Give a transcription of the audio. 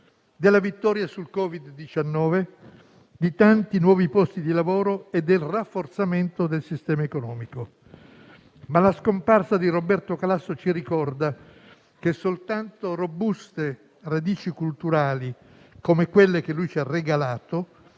della vittoria sul Covid-19, di tanti nuovi posti di lavoro e del rafforzamento del sistema economico. Ma la scomparsa di Roberto Calasso ci ricorda che soltanto robuste radici culturali come quelle che lui ci ha regalato